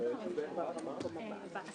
אם יש